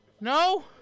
No